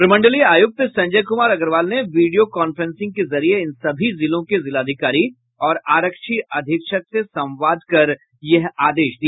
प्रमंडलीय आयुक्त संजय कुमार अग्रवाल ने वीडियो कांफ्रेंसिंग के जरिये इन सभी जिलों के जिलाधिकारी और आरक्षी अधीक्षक से संवाद कर यह आदेश दिया